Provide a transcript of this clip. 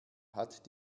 hat